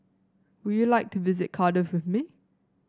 would you like to visit Cardiff with me